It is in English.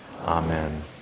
Amen